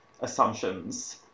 assumptions